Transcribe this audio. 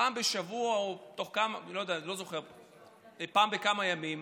פעם בשבוע או פעם בכמה ימים